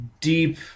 deep